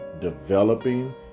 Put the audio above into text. developing